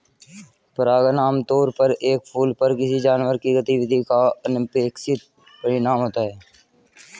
परागण आमतौर पर एक फूल पर किसी जानवर की गतिविधि का अनपेक्षित परिणाम होता है